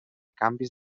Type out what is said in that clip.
canvis